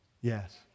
Yes